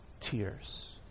Tears